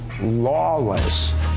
lawless